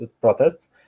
protests